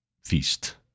feast